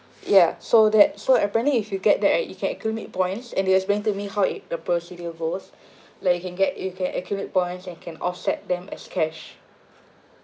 ya so that so apparently if you get that right you can accumulate points and they were explaining to me how is the procedure goes like you can get you can accumulate points and can offset them as cash